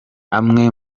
amwe